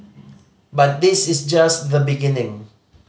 but this is just the beginning